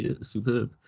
superb